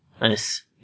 Nice